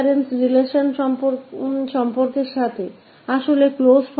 तो इस रिलेशन क साथ इस recurrence relation के साथ हमें मिल सकता है closed फॉर्म